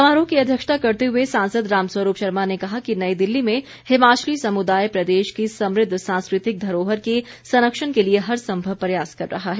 समारोह की अध्यक्षता करते हुए सांसद राम स्वरूप शर्मा ने कहा कि नई दिल्ली में हिमाचली समुदाय प्रदेश की समृद्ध सांस्कृतिक धरोहर के संरक्षण के लिए हर संभव प्रयास कर रहा है